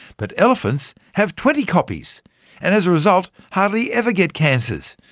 but elephants have twenty copies and as a result, hardly ever get cancers.